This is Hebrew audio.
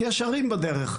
כי יש הרים בדרך,